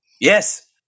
Yes